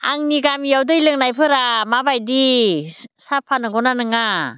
आंनि गामियाव दै लोंनायफोरा माबायदि साफा नंगौना नङा